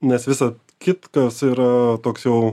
nes visa kitkas yra toks jau